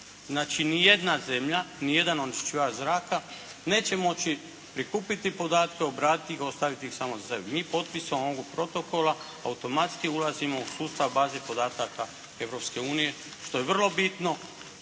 Znači, ni jedna zemlja, ni jedan onečišćivač zraka neće moći prikupiti podatke, obraditi ga i ostaviti ih samo za sebe. Mi potpisom ovo protokola automatski ulazimo u sustav baze podataka Europske unije što je vrlo bitno,